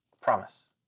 Promise